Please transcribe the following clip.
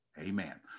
Amen